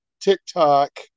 TikTok